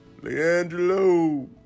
Leandro